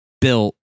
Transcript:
built